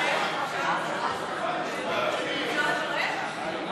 סעיפים 1 15 נתקבלו.